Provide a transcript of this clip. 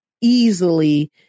easily